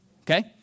okay